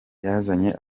yazanye